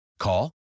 Call